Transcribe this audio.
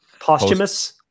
Posthumous